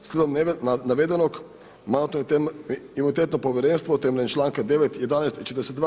Slijedom navedenog Mandatno-imunitetno povjerenstvo je temeljem članka 9., 11. i 42.